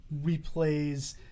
replays